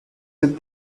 that